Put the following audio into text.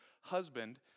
husband